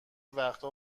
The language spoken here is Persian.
وقتها